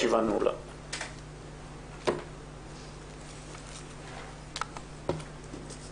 הישיבה ננעלה בשעה 10:06.